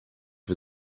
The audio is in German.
wir